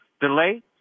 delay